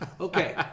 Okay